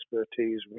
expertise